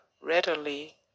readily